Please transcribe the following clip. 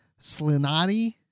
Slinati